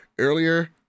Earlier